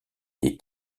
des